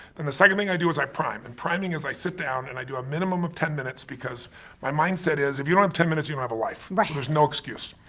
and the second thing i do is i prime, and priming is i sit down and i do a minimum of ten minutes because my mindset is if you don't have ten minutes, you don't have a life. right. so there's no excuse.